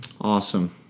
Awesome